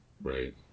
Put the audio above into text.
Right